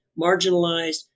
marginalized